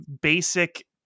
basic